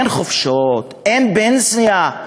אין חופשות, אין פנסיה.